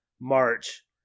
March